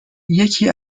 یکی